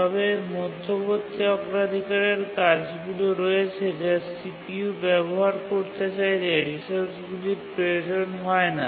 তবে মধ্যবর্তী অগ্রাধিকারের কাজগুলি রয়েছে যা CPU ব্যবহার করতে চাইলে রিসোর্সগুলির প্রয়োজন হয় না